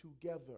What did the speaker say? together